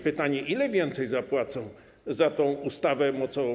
Pytanie, ile więcej zapłacą za tę ustawę mocową.